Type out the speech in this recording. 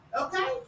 Okay